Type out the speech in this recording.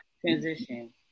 transition